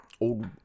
old